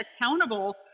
accountable